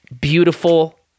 beautiful